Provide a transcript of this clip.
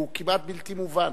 שהוא כמעט בלתי מובן.